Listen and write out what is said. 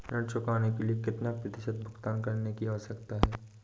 ऋण चुकाने के लिए कितना प्रतिशत भुगतान करने की आवश्यकता है?